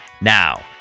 now